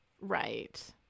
Right